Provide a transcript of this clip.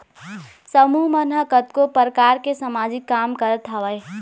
समूह मन ह कतको परकार के समाजिक काम करत हवय